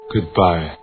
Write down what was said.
Goodbye